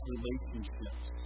relationships